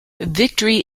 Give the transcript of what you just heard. victory